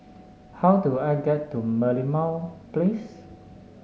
how do I get to Merlimau Place